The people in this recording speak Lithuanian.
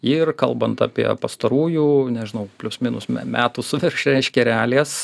ir kalbant apie pastarųjų nežinau plius minus me metų su virš reiškia realijas